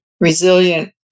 resilient